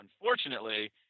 unfortunately